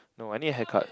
no I need a haircut